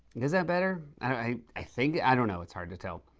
is that better? i i think i don't know. it's hard to tell.